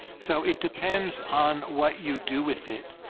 so it depends on what you do with it,